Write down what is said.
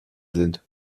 sind